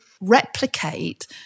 replicate